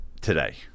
today